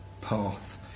path